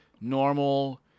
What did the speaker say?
normal